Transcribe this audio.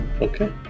Okay